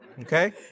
Okay